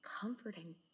comforting